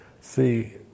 see